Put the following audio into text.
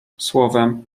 słowem